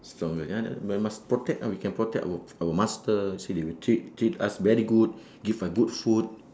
strongest ya but we must protect ah we can protect our our master so they will treat treat us very good give us good food